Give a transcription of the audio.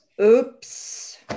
Oops